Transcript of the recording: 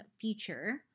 feature